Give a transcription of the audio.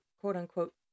quote-unquote